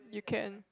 you can